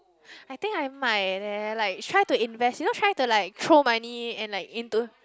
I think I might then like try to invest you know try to like throw money and like into